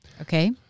Okay